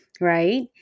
right